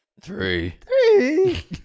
Three